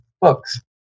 books